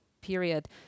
period